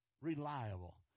reliable